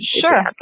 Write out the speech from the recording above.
Sure